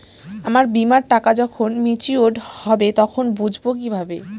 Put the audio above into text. আমার বীমার টাকা যখন মেচিওড হবে তখন বুঝবো কিভাবে?